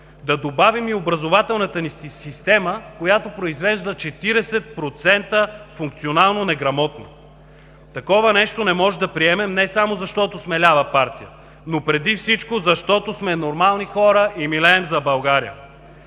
Да добавим и образователната ни система, която произвежда 40% функционално неграмотни. Такова нещо не можем да приемем не само защото сме лява партия, но преди всичко, защото сме нормални хора и милеем за България.